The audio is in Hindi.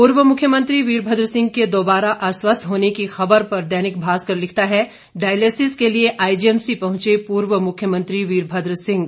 पूर्व मुख्यमंत्री वीरभद्र सिंह के दोबारा अस्वस्थ होने की खबर पर दैनिक भास्कर लिखता है डायलिसिस के लिए आईजीएमसी पहुंचे पूर्व मुख्यमंत्री वीरभद्र सिंह